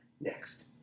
Next